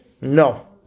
No